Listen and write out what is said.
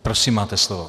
Prosím, máte slovo.